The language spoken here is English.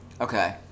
Okay